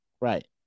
Right